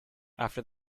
after